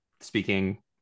Speaking